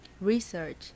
research